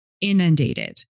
inundated